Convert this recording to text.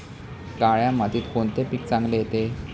काळ्या मातीत कोणते पीक चांगले येते?